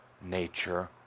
nature